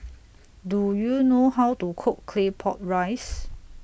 Do YOU know How to Cook Claypot Rice